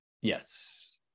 yes